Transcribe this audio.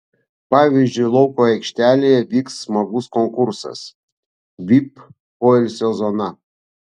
pavyzdžiui lauko aikštelėje vyks smagus konkursas vip poilsio zona